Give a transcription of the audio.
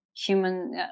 human